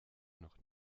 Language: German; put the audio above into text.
noch